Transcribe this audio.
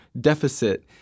deficit